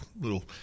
little